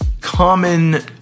common